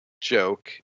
joke